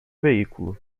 veículo